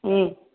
ம்